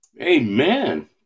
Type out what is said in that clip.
Amen